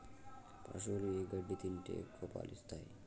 పశువులు ఏ గడ్డి తింటే ఎక్కువ పాలు ఇస్తాయి?